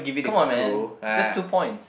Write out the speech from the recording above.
come on man just two points